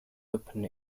open